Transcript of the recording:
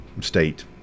state